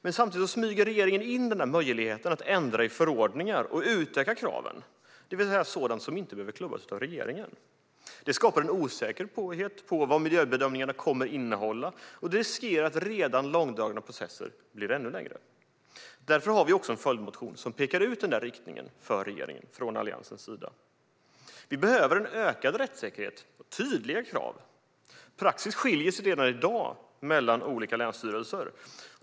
Men samtidigt smyger regeringen in möjligheten att ändra i förordningar och utöka kraven, det vill säga sådant som inte behöver klubbas av riksdagen. Det skapar osäkerhet om vad miljöbedömningarna kommer att innehålla och riskerar att göra redan långdragna processer ännu längre. Därför har vi en följdmotion från Alliansens sida som pekar ut riktningen för regeringen. Vi behöver ökad rättssäkerhet och tydliga krav. Praxis skiljer sig redan i dag mellan olika länsstyrelser.